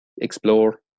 explore